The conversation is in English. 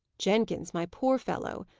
jenkins, my poor fellow!